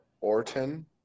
Orton